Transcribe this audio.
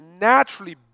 naturally